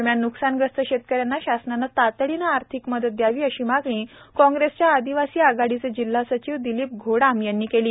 दरम्यान न्कसानग्रस्त शेतकऱ्यांना शासनाने तातडीने आर्थिक मदत द्यावी अशी मागणी काँग्रेसच्या आदिवासी आघाडीचे जिल्हा सचिव दिलीप घोडाम यांनी केली आहे